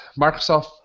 Microsoft